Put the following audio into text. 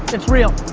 it's real.